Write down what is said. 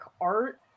art